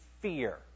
fear